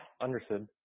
Understood